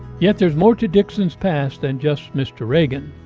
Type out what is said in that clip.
yet, there is more to dixon's past than just mr. reagan.